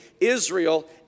Israel